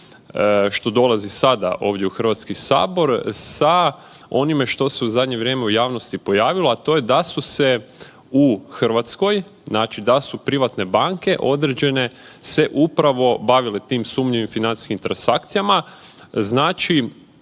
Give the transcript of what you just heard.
što dolazi sada ovdje u Hrvatski sabor sa onime što se u zadnje vrijeme u javnosti pojavilo, a to je da su se u Hrvatskoj znači da su privatne banke određene se upravo bavile tim sumnjivim financijskim transakcijama. Znači,